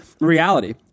reality